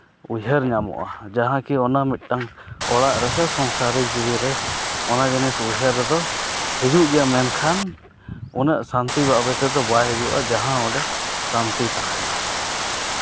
ᱩᱭᱦᱟᱹᱨ ᱧᱟᱢᱚᱜᱼᱟ ᱡᱟᱦᱟᱸ ᱠᱤ ᱚᱱᱟ ᱢᱤᱫᱴᱟᱱ ᱚᱲᱟᱜ ᱨᱮᱥᱮ ᱥᱚᱝᱥᱟᱨᱤᱠ ᱡᱤᱣᱤᱨᱮ ᱚᱱᱟ ᱡᱤᱱᱤᱥ ᱩᱭᱦᱟᱹᱨ ᱨᱮᱫᱚ ᱦᱤᱡᱩᱜ ᱜᱮᱭᱟ ᱢᱮᱱᱠᱷᱟᱱ ᱩᱱᱟᱹᱜ ᱥᱟᱹᱱᱛᱤ ᱵᱟᱭ ᱦᱤᱡᱩᱜᱼᱟ ᱡᱟᱦᱟᱸ ᱚᱸᱰᱮ ᱥᱟᱱᱛᱤ ᱛᱟᱦᱮᱱᱟ